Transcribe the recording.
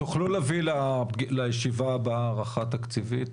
תוכלו להביא לישיבה הבאה הערכה תקציבית